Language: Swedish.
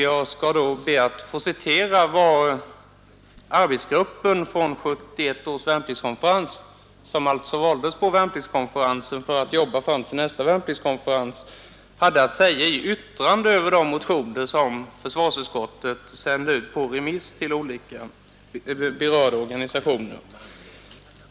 Jag skall be att få citera vad arbetsgruppen från 1971 års värnpliktskonferens — som valdes på värnpliktskonferensen för att arbeta fram till nästa värnpliktskonferens — hade att säga i yttrande över de motioner, som försvarsutskottet sände ut på remiss till olika berörda organisationer.